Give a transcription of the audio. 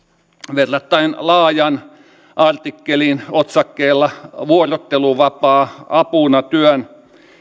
verrattain laajan artikkelin otsakkeella vuorotteluvapaa apuna työn